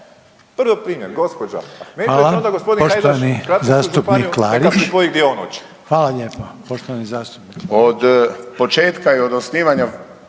**Reiner, Željko (HDZ)** Poštovani zastupnik Klarić. Hvala lijepo. Poštovani zastupnik.